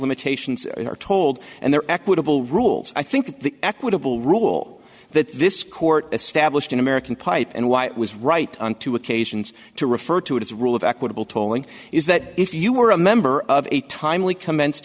limitations are told and there are equitable rules i think the equitable rule that this court established in american pipe and why it was right on two occasions to refer to it as rule of equitable tolling is that if you were a member of a timely commenced